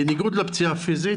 בניגוד לפציעה פיזית